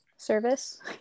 service